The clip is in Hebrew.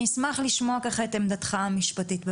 אני אשמח לשמוע את עמדתך המשפטית בבקשה.